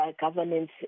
governance